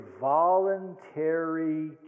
voluntary